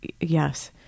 Yes